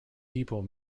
depot